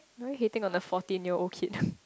why hitting on the fourteen year old kid